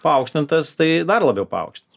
paaukštintas tai dar labiau paaukštins